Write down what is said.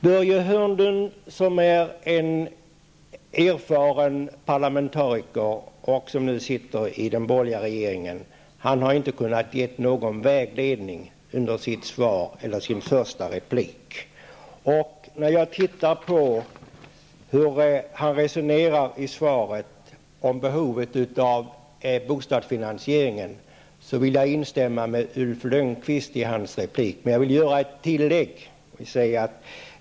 Börje Hörnlund är en erfaren parlamentariker och sitter nu i den borgerliga regeringen. Han har inte gett någon vägledning i svaret eller i sitt inlägg därefter. När jag tittar på hur Börje Hörnlund resonerar i sitt svar om behovet av bostadsfinansiering, vill jag instämma i Ulf Lönnqvists inlägg. Jag vill också göra ett tillägg.